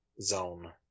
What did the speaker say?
Zone